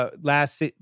last